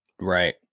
right